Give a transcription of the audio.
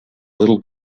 little